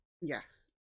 Yes